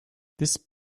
this